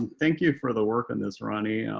thank you for the work on this ronnie.